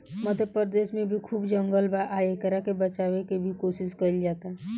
मध्य प्रदेश में भी खूब जंगल बा आ एकरा के बचावे के भी कोशिश कईल जाता